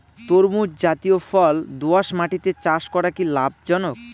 তরমুজ জাতিয় ফল দোঁয়াশ মাটিতে চাষ করা কি লাভজনক?